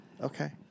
Okay